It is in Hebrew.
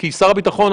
כי שר הביטחון,